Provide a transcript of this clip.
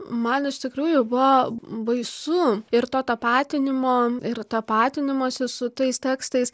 man iš tikrųjų buvo baisu ir to tapatinimo ir tapatinimosi su tais tekstais